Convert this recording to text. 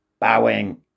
bowing